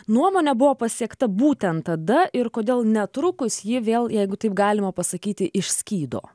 nuomone buvo pasiekta būtent tada ir kodėl netrukus ji vėl jeigu taip galima pasakyti išskydo